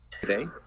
Today